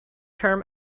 term